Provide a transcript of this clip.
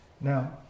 Now